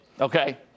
Okay